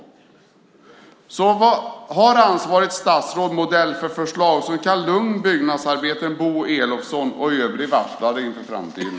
Vilka förslag har alltså ansvarigt statsråd Odell som kan lugna byggarbetaren Bo Elofsson och övriga varslade inför framtiden?